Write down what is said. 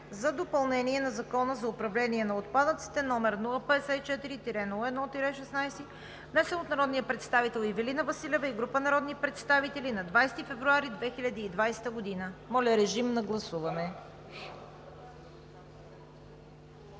за допълнение на Закона за управление на отпадъците, № 054-01-16, внесен от народния представител Ивелина Василева и група народни представители на 21 февруари 2020 г. Гласували